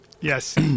Yes